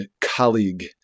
colleague